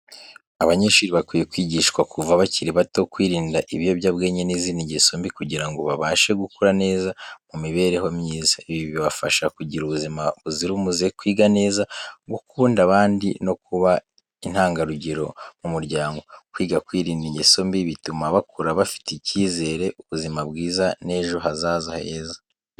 Abanyeshuri bakwiye kwigishwa kuva bakiri bato, kwirinda ibiyobyabwenge n’izindi ngeso mbi kugira ngo babashe gukura neza mu mibereho myiza. Ibi bibafasha kugira ubuzima buzira umuze, kwiga neza, gukunda abandi no kuba intangarugero mu muryango. Kwiga kwirinda ingeso mbi bituma bakura bafite icyizere, ubuzima bwiza n’ejo hazaza heza.